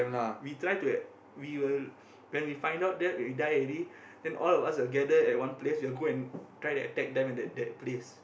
we try to we will when we find out that we die already then all of us will gather at one place we'll go and try to attack them at that that place